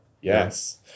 Yes